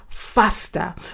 faster